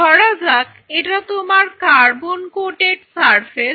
ধরা যাক এটা তোমার কার্বন কোটেড সারফেস